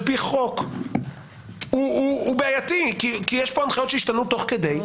פי חוק הוא בעייתי כי יש פה הנחיות שהשתנו תוך כדי.